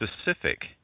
specific